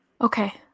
Okay